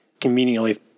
conveniently